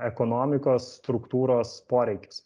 ekonomikos struktūros poreikius